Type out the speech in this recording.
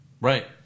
Right